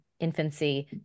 infancy